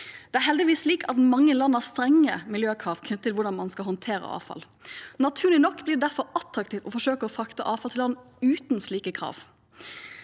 Det er heldigvis slik at mange land har strenge miljøkrav knyttet til hvordan man skal håndtere avfall. Naturlig nok blir det derfor attraktivt å forsøke å frakte avfall til land uten slike krav.